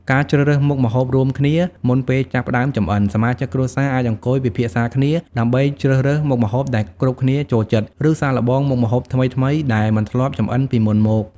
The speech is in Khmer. ការជ្រើសរើសមុខម្ហូបរួមគ្នា មុនពេលចាប់ផ្តើមចម្អិន សមាជិកគ្រួសារអាចអង្គុយពិភាក្សាគ្នាដើម្បីជ្រើសរើសមុខម្ហូបដែលគ្រប់គ្នាចូលចិត្ត ឬសាកល្បងមុខម្ហូបថ្មីៗដែលមិនធ្លាប់ចម្អិនពីមុនមក ។